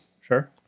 Sure